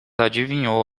adivinhou